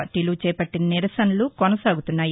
పార్టీలు చేపట్టిన నిరసనలు కొనసాగుతున్నాయి